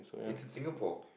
it's in Singapore